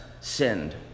sinned